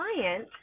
client